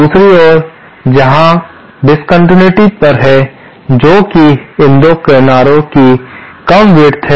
दूसरी ओर यहाँ डीसकंटिनयूटी पर है जो की इन 2 किनारों की कम विड्थ है